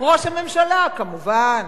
ראש הממשלה, כמובן.